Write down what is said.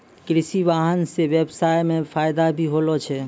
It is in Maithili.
कृषि वाहन सें ब्यबसाय म फायदा भी होलै